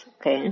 okay